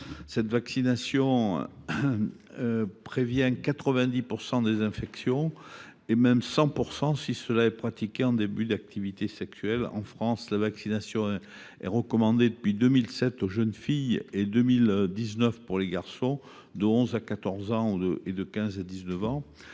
Cette vaccination prévient 90 % des infections, voire 100 % si elle est pratiquée en début d’activités sexuelles. En France, la vaccination est recommandée depuis 2007 pour les jeunes filles et depuis 2019 pour les garçons de 11 ans à 14 ans et de 15 ans à 19 ans.